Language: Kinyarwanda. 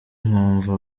nkumva